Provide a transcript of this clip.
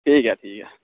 ठीक ऐ ठीक ऐ